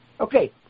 Okay